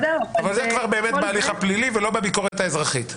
זה כבר באמת בהליך הפלילי ולא בביקורת האזרחית.